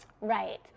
right